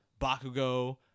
Bakugo